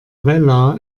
vella